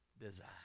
design